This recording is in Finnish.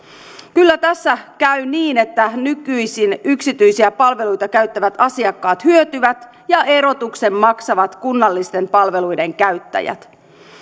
kyllä tässä käy niin että nykyisin yksityisiä palveluita käyttävät asiakkaat hyötyvät ja erotuksen maksavat kunnallisten palveluiden käyttäjät